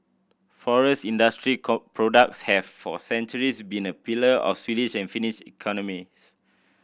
forest industry products have for centuries been a pillar of the Swedish and Finnish economies